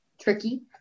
tricky